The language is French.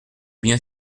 bien